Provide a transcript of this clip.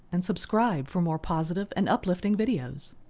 and subscribe for more positive and uplifting videos!